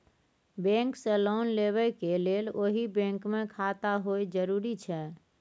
Bank से loan लेबै के लेल वही बैंक मे खाता होय जरुरी छै?